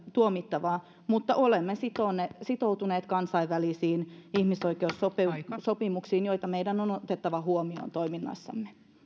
tuomittavaa mutta olemme sitoutuneet sitoutuneet kansainvälisiin ihmisoikeussopimuksiin joita meidän on otettava huomioon toiminnassamme